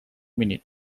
minute